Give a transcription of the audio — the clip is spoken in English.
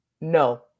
No